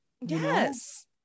Yes